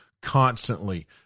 constantly